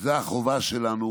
זאת החובה שלנו